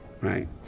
right